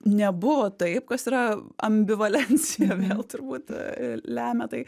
nebuvo taip kas yra ambivalencija vėl turbūt lemia tai